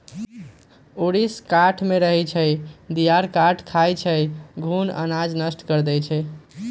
ऊरीस काठमे रहै छइ, दियार काठ खाई छइ, घुन अनाज नष्ट कऽ देइ छइ